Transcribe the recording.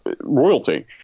royalty